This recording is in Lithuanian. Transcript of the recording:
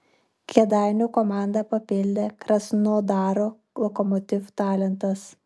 kėdainių komandą papildė krasnodaro lokomotiv talentas